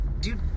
Dude